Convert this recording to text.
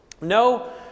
No